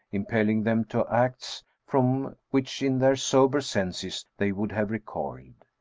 impelling them to acts from which in their sober senses they would have recoiled.